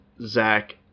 Zach